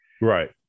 Right